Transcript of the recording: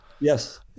Yes